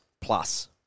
plus